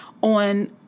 on